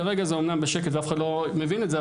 כרגע זה אמנם בשקט ואף אחד לא מבין את זה,